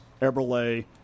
Eberle